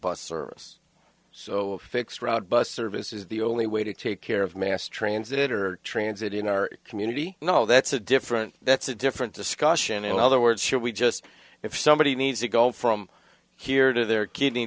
bus service so fixed route bus service is the only way to take care of mass transit or transit in our community no that's a different that's a different discussion in other words should we just if somebody needs to go from here to there